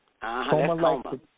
coma